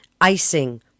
icing